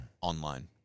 online